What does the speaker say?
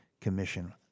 commission